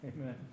Amen